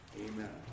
Amen